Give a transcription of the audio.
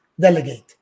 delegate